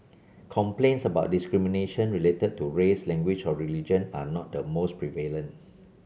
complaints about discrimination related to race language or religion are not the most prevalent